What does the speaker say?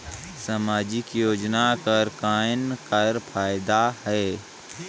समाजिक योजना कर कौन का फायदा है?